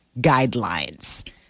guidelines